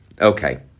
Okay